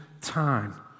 time